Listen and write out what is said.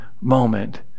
moment